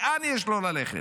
לאן יש לו ללכת?